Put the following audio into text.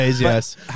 yes